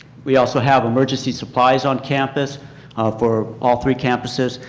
we also have emergency supplies on-campus for all three campuses.